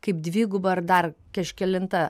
kaip dviguba ar dar kažkelinta